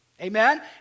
amen